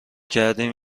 کردیم